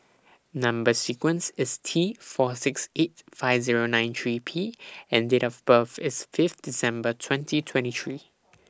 Number sequence IS T four six eight five Zero nine three P and Date of birth IS Fifth December twenty twenty three